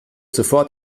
sofort